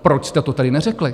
Proč jste to tedy neřekli?